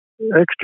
extra